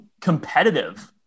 competitive